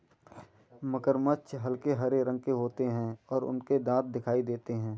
मगरमच्छ हल्के हरे रंग के होते हैं और उनके दांत दिखाई देते हैं